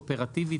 אופרטיבית,